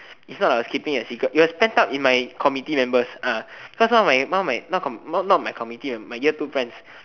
it's not I was keeping a secret it was pent up in my committee members ah cause one of my one of my not comm~ not not my committee mem~ my year two friends